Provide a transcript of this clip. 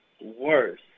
worse